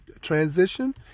transition